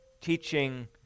teaching